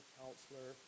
counselor